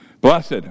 Blessed